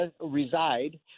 reside